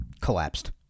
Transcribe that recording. collapsed